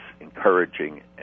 encouraging